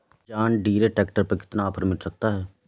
John Deere tractor पर कितना offer मिल सकता है?